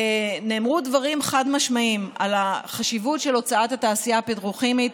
נאמרו דברים חד-משמעיים לגבי החשיבות של הוצאת התעשייה הפטרוכימית